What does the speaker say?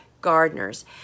gardeners